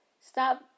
stop